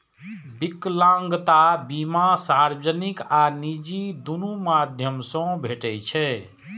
विकलांगता बीमा सार्वजनिक आ निजी, दुनू माध्यम सं भेटै छै